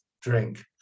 drink